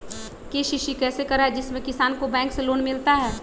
KCC कैसे कराये जिसमे किसान को बैंक से लोन मिलता है?